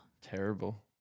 terrible